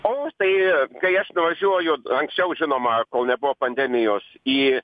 o tai kai aš nuvažiuoju anksčiau žinoma kol nebuvo pandemijos į